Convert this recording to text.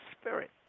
spirit